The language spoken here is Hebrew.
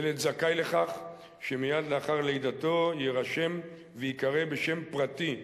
ילד זכאי לכך שמייד לאחר לידתו יירשם וייקרא בשם פרטי,